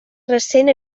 recent